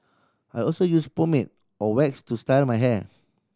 I also use pomade or wax to style my hair